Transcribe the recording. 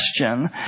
question